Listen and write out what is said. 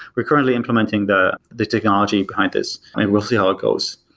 recurrently implementing the the technology behind this, and we'll see how it goes.